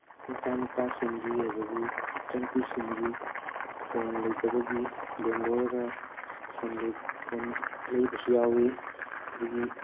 ꯃꯆꯥ ꯅꯨꯄꯥꯁꯤꯡꯒꯤ ꯑꯗꯒꯤ ꯃꯆꯥ ꯅꯨꯄꯤꯁꯤꯡꯒꯤ ꯐꯣꯟ ꯂꯩꯇꯕꯒꯤ ꯂꯣꯟ ꯂꯧꯔꯒ ꯐꯣꯟ ꯂꯩꯕꯁꯨ ꯌꯥꯎꯏ ꯑꯗꯒꯤ